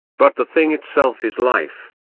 but the thing itself is life,